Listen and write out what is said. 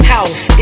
House